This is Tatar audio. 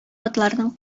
атларның